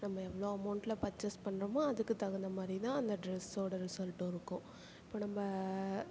நம்ம எவ்வளோ அமௌண்ட்டில் பர்ச்சேஸ் பண்ணுறோமோ அதுக்குத் தகுந்த மாதிரி தான் அந்த ட்ரெஸ்ஸோடய ரிசல்ட்டும் இருக்கும் இப்போ நம்ம